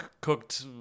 cooked